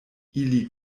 ili